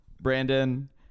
Brandon